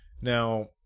Now